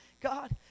God